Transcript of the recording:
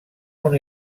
una